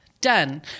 Done